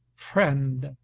friend!